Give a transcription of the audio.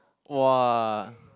!wah!